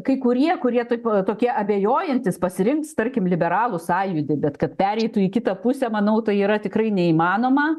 kai kurie kurie taip pat tokie abejojantys pasirinks tarkim liberalų sąjūdį bet kad pereitų į kitą pusę manau tai yra tikrai neįmanoma